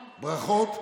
ברכות.